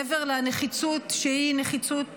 מעבר לנחיצות שהיא נחיצות